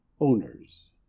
owners